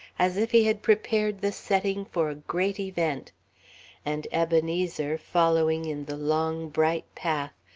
as if he had prepared the setting for a great event and ebenezer, following in the long, bright path,